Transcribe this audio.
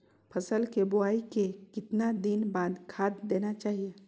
फसल के बोआई के कितना दिन बाद खाद देना चाइए?